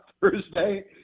Thursday